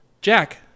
Jack